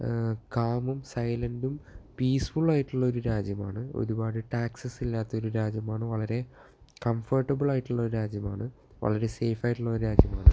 കാമും സൈലന്റ്റും പീസ് ഫുള്ളും ആയിട്ടുള്ള ഒരു രാജ്യമാണ് ഒരുപാട് ടാക്സെസ് ഇല്ലാത്ത ഒരു രാജ്യമാണ് വളരെ കംഫൊര്ട്ടബിള് ആയിട്ടുള്ള ഒരു രാജ്യമാണ് വളരെ സേഫായിട്ടുള്ള ഒരു രാജ്യമാണ്